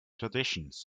traditions